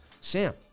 Sam